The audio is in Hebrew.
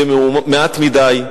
זה מעט מדי,